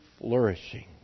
flourishing